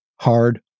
hard